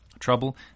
Trouble